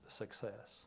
success